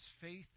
faith